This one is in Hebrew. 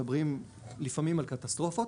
מדברים לפעמים על קטסטרופות,